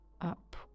up